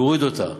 להוריד אותה.